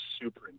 super